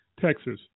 Texas